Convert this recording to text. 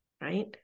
Right